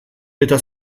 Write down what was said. eta